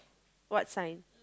what sign